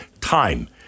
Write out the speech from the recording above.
time